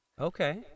Okay